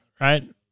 right